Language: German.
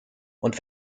und